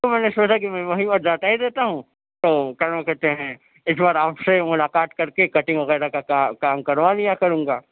تو میں نے سوچا کہ میں وہیں پر جاتا ہی رہتا ہوں تو کیا نام کہتے ہیں ایک بار آپ سے ملاقات کر کے کٹنگ وغیرہ کا کام کروا لیا کروں گا